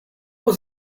was